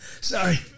Sorry